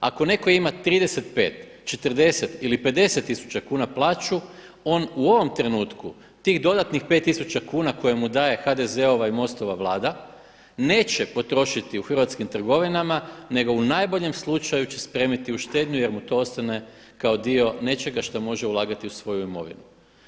Ako neko ima 35, 40 ili 50 tisuća kuna plaću on u ovom trenutku tih dodatnih pet tisuća kuna koje mu daje HDZ-ova i MOST-ova Vlada neće potrošiti u hrvatskim trgovinama nego u najboljem slučaju će spremiti u štednju jer mu to ostane kao dio nečega što može ulagati u svoju imovinu.